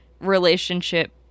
relationship